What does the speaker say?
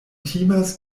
timas